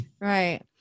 Right